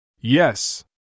Yes